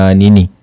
nini